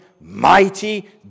Mighty